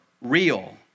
real